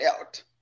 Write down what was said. out